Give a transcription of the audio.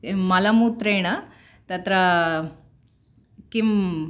मलमूत्रेण तत्र किं